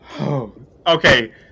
Okay